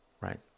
right